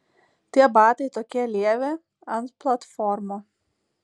tie batai tokie lievi ant platformų